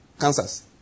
cancers